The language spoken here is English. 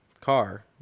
car